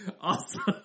Awesome